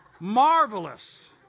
marvelous